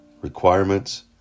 requirements